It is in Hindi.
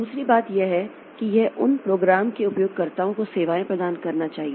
दूसरी बात यह है कि यह उन प्रोग्राम के उपयोगकर्ताओं को सेवाएं प्रदान करना चाहिए